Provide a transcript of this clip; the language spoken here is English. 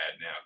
now